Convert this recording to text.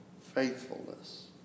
faithfulness